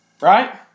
Right